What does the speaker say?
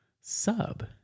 sub